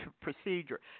procedure